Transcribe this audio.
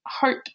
hope